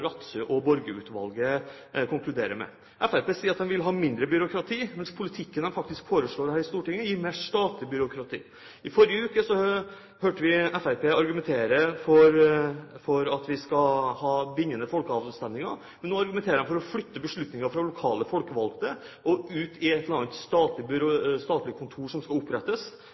og Borge-utvalget konkluderer med. Fremskrittspartiet sier at de vil ha mindre byråkrati, mens den politikken de faktisk foreslår her i Stortinget, gir mer statlig byråkrati. I forrige uke hørte vi Fremskrittspartiet argumentere for at vi skal ha bindende folkeavstemninger, men nå argumenterer de for å flytte beslutninger fra lokale folkevalgte og ut til et eller annet statlig kontor som skal opprettes.